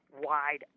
wide